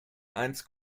eins